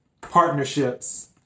Partnerships